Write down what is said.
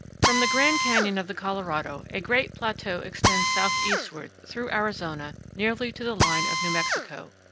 from the grand canyon of the colorado a great plateau extends southeastward through arizona nearly to the line of new mexico,